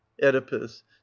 oedipus